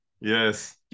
Yes